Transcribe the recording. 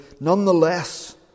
nonetheless